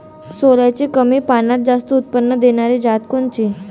सोल्याची कमी पान्यात जास्त उत्पन्न देनारी जात कोनची?